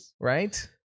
right